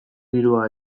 dirua